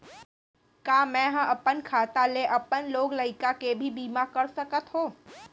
का मैं ह अपन खाता ले अपन लोग लइका के भी बीमा कर सकत हो